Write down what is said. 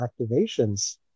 Activations